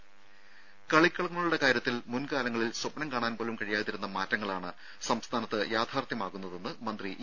രുര കളിക്കളങ്ങളുടെ കാര്യത്തിൽ മുൻകാലങ്ങളിൽ സ്വപ്നം കാണാൻ പോലും കഴിയാതിരുന്ന മാറ്റങ്ങളാണ് സംസ്ഥാനത്ത് യാഥാർത്ഥ്യമാകുന്നതെന്ന് മന്ത്രി ഇ